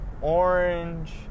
Orange